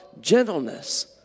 gentleness